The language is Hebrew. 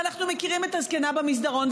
ואנחנו מכירים את הזקנה במסדרון,